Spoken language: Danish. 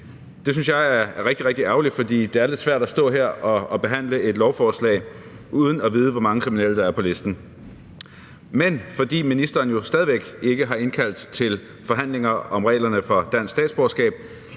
Det synes jeg er rigtig, rigtig ærgerligt, for det er lidt svært at stå her og behandle et lovforslag uden at vide, hvor mange kriminelle der er på listen. Men fordi ministeren stadig væk ikke har indkaldt til forhandlinger om reglerne for dansk statsborgerskab,